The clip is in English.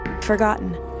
forgotten